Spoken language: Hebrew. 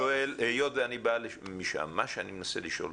היות ואני בא משם, מה שאני מנסה לשאול: